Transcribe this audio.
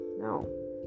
No